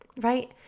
right